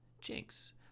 Jinx